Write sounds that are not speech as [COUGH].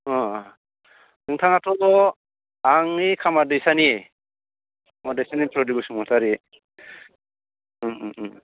अह नोंथाङाथ' आंनि खामार दैसानि [UNINTELLIGIBLE] बसुमतारी